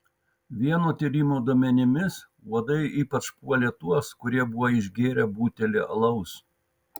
vieno tyrimo duomenimis uodai ypač puolė tuos kurie buvo išgėrę butelį alaus